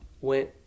went